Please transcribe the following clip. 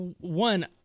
one